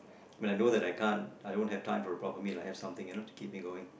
when I know that I can't I don't have time for a proper meal I have something you know to keep me going